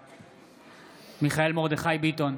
בעד מיכאל מרדכי ביטון,